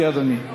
הבנתי, אדוני.